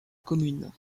commune